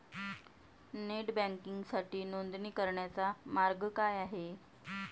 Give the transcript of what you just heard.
Net बँकिंगसाठी नोंदणी करण्याचा मार्ग काय आहे?